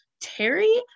Terry